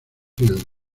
hill